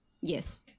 Yes